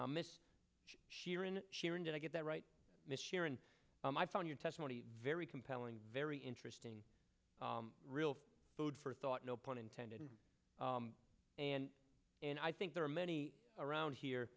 question miss sharon sharon did i get that right miss sharon on my phone your testimony very compelling very interesting real food for thought no pun intended and and i think there are many around here